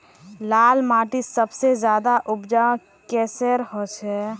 लाल माटित सबसे ज्यादा उपजाऊ किसेर होचए?